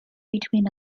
between